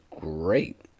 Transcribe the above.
great